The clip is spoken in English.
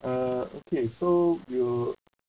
uh okay so you